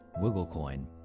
Wigglecoin